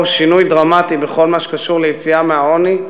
שינוי דרמטי בכל מה שקשור ליציאה מהעוני,